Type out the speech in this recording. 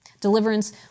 Deliverance